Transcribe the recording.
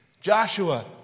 Joshua